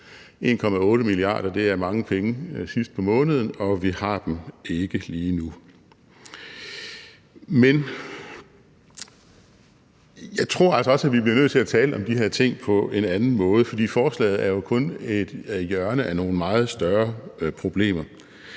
1,8 mia. kr. er mange penge sidst på måneden, og vi har dem ikke lige nu. Men jeg tror altså også, at vi bliver nødt til at tale om de her ting på en anden måde, for forslaget er jo kun et hjørne af nogle meget større problemer.